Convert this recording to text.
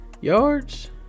Yards